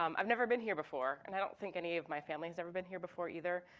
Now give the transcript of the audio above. um i've never been here before, and i don't think any of my family's ever been here before either.